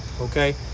Okay